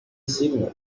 signal